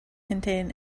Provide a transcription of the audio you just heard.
contain